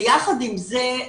יחד עם זה,